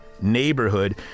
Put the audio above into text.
Neighborhood